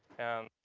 and